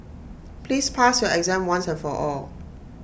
please pass your exam once and for all